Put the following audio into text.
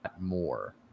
more